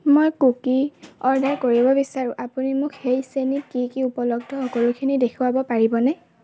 মই cookie order কৰিব বিচাৰোঁ আপুনি মোক সেই শ্ৰেণীত কি কি উপলব্ধ সকলোখিনি দেখুৱাব পাৰিবনে